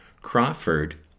Crawford